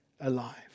alive